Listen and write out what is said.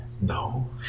no